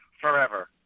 forever